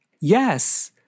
yes